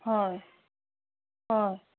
হয় হয়